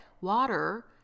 water